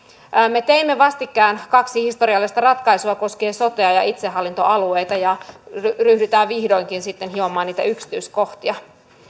me teimme vastikään kaksi historiallista ratkaisua koskien sotea ja itsehallintoalueita ja ryhdytään vihdoinkin sitten hiomaan niitä yksityiskohtia